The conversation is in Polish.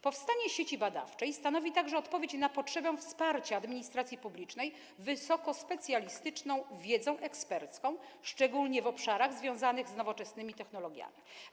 Powstanie sieci badawczej stanowi także odpowiedź na potrzebę wsparcia administracji publicznej wysokospecjalistyczną wiedzą ekspercką, szczególnie w obszarach związanych z nowoczesnymi technologiami.